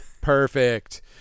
Perfect